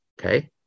Okay